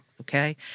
okay